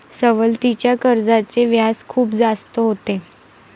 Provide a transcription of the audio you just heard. सवलतीच्या कर्जाचे व्याज खूप जास्त होते